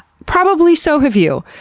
probably so have you.